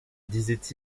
disaient